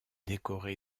décoré